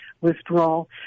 withdrawal